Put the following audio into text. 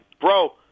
Bro